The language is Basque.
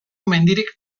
mendirik